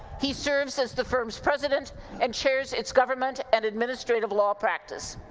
he serves as the firm's president and chairs its government and administrative law practice.